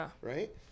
right